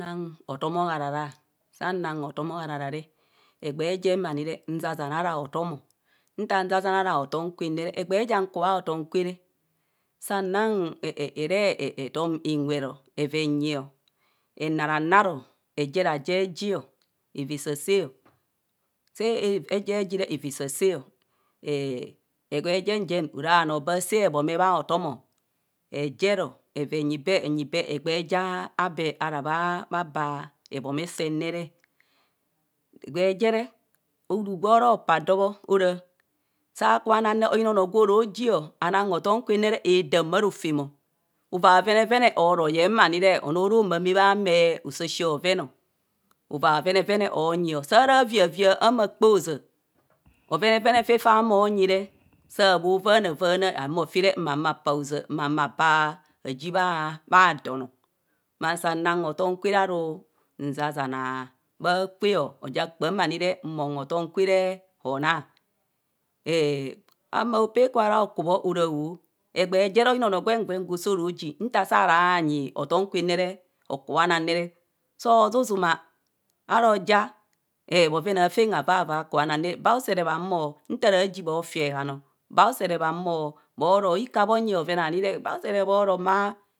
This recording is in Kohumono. Nnang hotom oharaha, sa nang hotom aharaha re, egbee jem ani re nzazana ara hotum nta nzazana ara hotom gwen nere, egbee jan ku bha otom kwere saa nong sẹẹ re e e et etom inweru evee nyi enaranaro, ejrajeji evee saasaa o seeje jire evaa esaasuao er egbee jen jen era anvo bha saa ebhome bha otom ejero eva nyi bee, enyi bee egbee ja bee ara baa hebhome sen nere. egbee jere uruu gwo ro baa doo bho ora saa kubo anag ne ayina anoo gwo ro ji, anang hotom kwen nere hadaam bha rofem avaa bhovenevene aro yem anire anoo ara maamaa bha mone ashashi bhoron o. Ovaa bhovenevene anyio ama kpaa hozaa, bhovenevene faa mo nyi re saa bho vaana vaana vana, ma paa azaa maji bha don. Ma saa nang hotom kwere aro man saa nzazana bha kwe o oja kpaam ma nire mbhom hotom kwere hoo naa hamaa hopee kwara okubho ora o egbee jere ayina onoo gwen gwen gwo soro ji nta saara nyi hotom kwen ne, okubho nang ne re soo zuzuma ara ja bhoven aaton havava kubha nang, baa usere bhahumo ntara ji bhoti eehan no ba usere bho roo ikaa bho nyi abhaven anire, bhausere bho roo